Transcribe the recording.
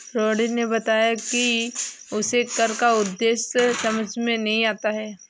रोहिणी ने बताया कि उसे कर का उद्देश्य समझ में नहीं आता है